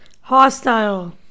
Hostile